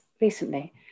recently